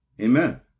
Amen